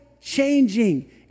changing